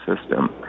system